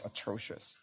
atrocious